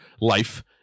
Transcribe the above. life